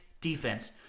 defense